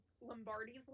Lombardi's